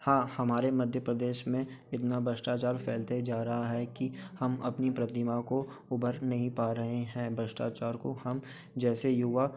हाँ हमारे मध्य प्रदेश में इतना भ्रष्टाचार फैलते जा रहा है कि हम अपनी प्रतिमा को उभर नहीं पा रहे हैं भ्रष्टाचार को हम जैसे युवा